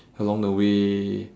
along the way